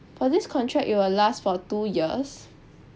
for this contract it will last for two years